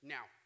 Now